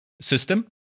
system